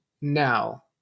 now